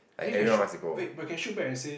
eh can shoot but can shoot back and say